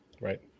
Right